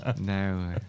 No